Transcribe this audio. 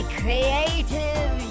creative